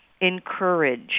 encourage